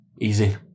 Easy